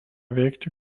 veikti